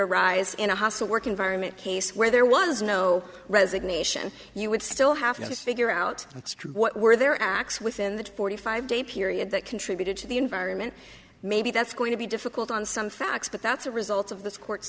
arise in a hostile work environment case where there was no resignation you would still have to figure out what were their acts within that forty five day period that contributed to the environment maybe that's going to be difficult on some facts but that's a result of this court's